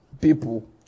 people